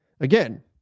Again